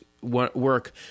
work